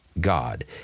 God